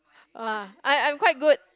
lah I I'm quite good